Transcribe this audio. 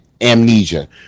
amnesia